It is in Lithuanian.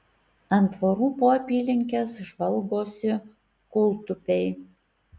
ant tvorų po apylinkes žvalgosi kūltupiai